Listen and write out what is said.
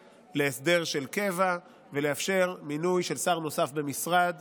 להסדר של קבע ולאפשר מינוי של שר נוסף במשרד